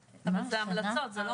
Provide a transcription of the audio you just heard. אלו המלצות (לתיקון), זה לא